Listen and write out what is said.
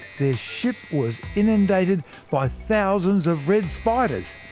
their ship was inundated by thousands of red spiders.